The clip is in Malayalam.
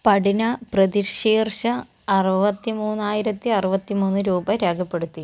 പട്ന പ്രതിശീർഷ അറുപത്തി മൂന്നായിരത്തി അറുപത്തിമൂന്ന് രൂപ രേഖപ്പെടുത്തി